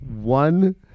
one